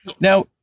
Now